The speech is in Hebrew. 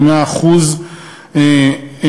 ומה אחוז הנושרים,